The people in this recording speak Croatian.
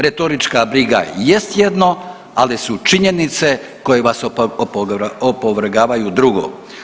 Retorička briga jest jedno, ali su činjenice koje vas opovrgavaju drugo.